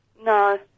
No